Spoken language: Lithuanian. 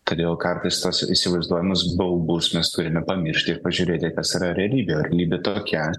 todėl kartais tuos įsivaizduojamus baubus mes turime pamiršti ir pažiūrėti kas yra realybė o realybė tokia